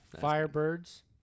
Firebird's